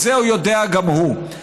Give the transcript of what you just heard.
את זה יודע גם הוא.